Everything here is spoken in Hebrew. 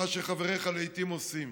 מה שחבריך לעיתים עושים,